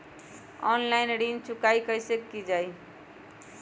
Online ऋण चुकाई कईसे की ञाई?